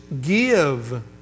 give